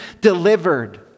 delivered